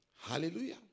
Hallelujah